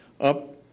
up